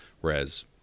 whereas